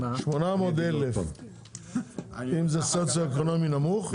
800 אלף אם זה סוציו אקונומי נמוך,